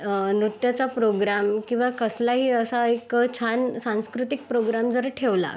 नृत्याचा प्रोग्राम किंवा कसलाही असा एक छान सांस्कृतिक प्रोग्राम जरी ठेवला